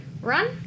run